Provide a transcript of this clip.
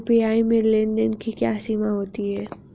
UPI में लेन देन की क्या सीमा होती है?